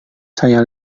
saya